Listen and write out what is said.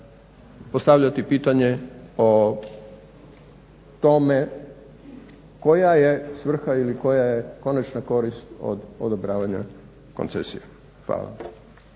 postavljati pitanje o tome koja je svrha ili koja je konačna korist odobravanja koncesije. Hvala.